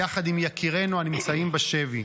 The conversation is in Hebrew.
יחד עם יקירינו הנמצאים בשבי,